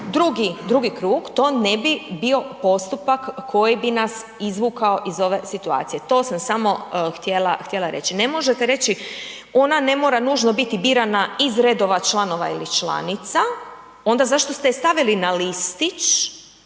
drugi krug, to ne bi bio postupak koji bi nas izvukao iz ove situacije, to sam samo htjela reći. Ne možete reći ona ne mora nužno biti birana iz redova članova ili članica, onda zašto ste je stavili na listić,